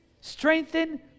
strengthen